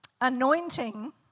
anointing